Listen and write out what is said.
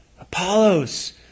Apollos